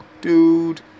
Dude